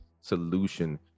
solution